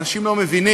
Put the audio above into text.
אנשים לא מבינים